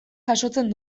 jasotzen